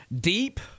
Deep